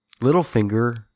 Littlefinger